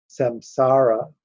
samsara